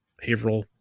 Haverhill